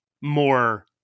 more